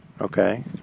Okay